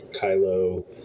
Kylo